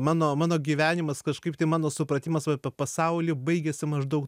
mano mano gyvenimas kažkaip tai mano supratimas apie pasaulį baigėsi maždaug